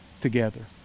together